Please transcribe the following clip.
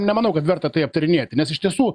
nemanau kad verta tai aptarinėti nes iš tiesų